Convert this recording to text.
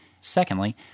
Secondly